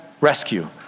rescue